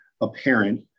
apparent